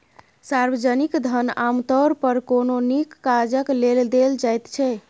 सार्वजनिक धन आमतौर पर कोनो नीक काजक लेल देल जाइत छै